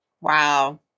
Wow